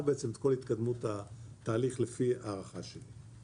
את כל התקדמות התהליך לפי ההערכה שלו.